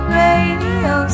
radio